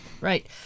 right